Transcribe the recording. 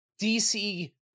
DC